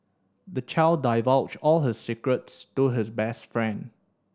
the child divulged all his secrets to his best friend